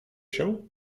się